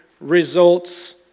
results